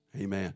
Amen